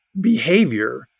behavior